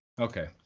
Okay